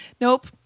Nope